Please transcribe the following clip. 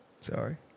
Sorry